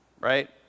Right